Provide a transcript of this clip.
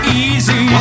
easy